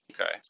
Okay